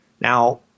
Now